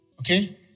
Okay